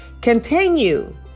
Continue